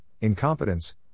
incompetence